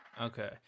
Okay